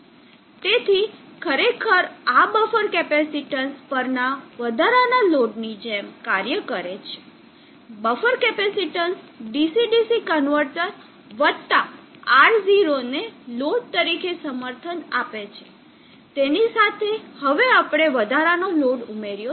તેથી ખરેખર આ બફર કેપેસિટીન્સ પરના વધારાના લોડની જેમ કાર્ય કરે છે buffer capacitance DC DC converter વત્તા R0 ને લોડ તરીકે સમર્થન આપે છે તેની સાથે હવે આપણે વધારાનો લોડ ઉમેર્યો છે